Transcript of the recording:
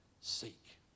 Seek